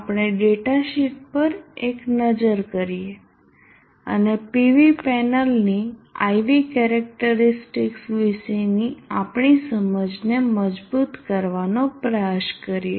આપણે ડેટાશીટ પર એક નજર કરીએ અને PV પેનલની IV કેરેક્ટરીસ્ટિકસ વિશેની આપણી સમજને મજબૂત કરવાનો પ્રયાસ કરીએ